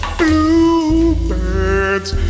bluebirds